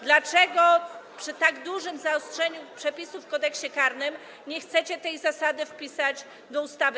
Dlaczego przy tak dużym zaostrzeniu przepisów w Kodeksie karnym nie chcecie tej zasady wpisać do ustawy?